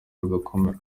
rugakomera